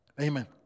Amen